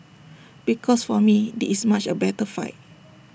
because for me this is A much better fight